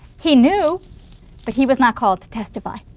he knew but he was not called to testify,